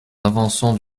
avançant